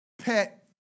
pet